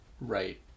Right